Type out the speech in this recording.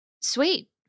sweet